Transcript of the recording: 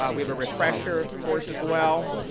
ah we have a refresher course as well.